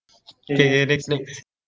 K next next